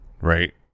right